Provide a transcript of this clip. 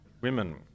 women